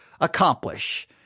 accomplish